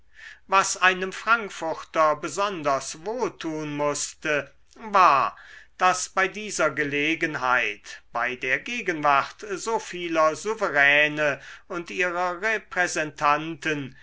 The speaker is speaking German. was einem frankfurter besonders wohltun mußte war daß bei dieser gelegenheit bei der gegenwart so vieler souveräne und ihrer repräsentanten